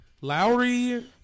Lowry